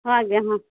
ହଁ ଆଜ୍ଞା ହଁ